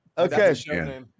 Okay